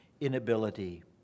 inability